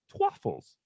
Twaffles